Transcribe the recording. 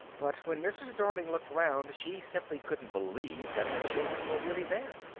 but when mrs. darling looked round she simply couldn't believe that the children were really there.